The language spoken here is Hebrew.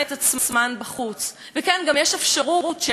יש גם אפשרות שכלות שתגענה,